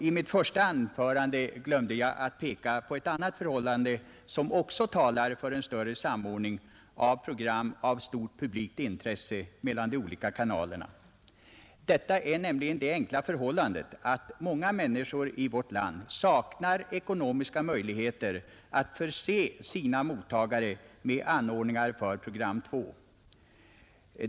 I mitt första anförande glömde jag att peka på ett annat förhållande som också talar för en större samordning av program av stort publikt intresse mellan de olika kanalerna. Detta är nämligen det enkla förhållandet att många människor i vårt land saknar ekonomiska möjligheter att förse sina mottagare med anordningar för program 2.